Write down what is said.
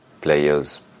players